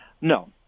No